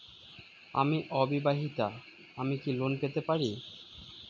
আমি অবিবাহিতা আমি কি লোন পেতে পারি?